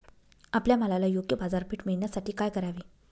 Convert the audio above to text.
आपल्या मालाला योग्य बाजारपेठ मिळण्यासाठी काय करावे?